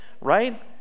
right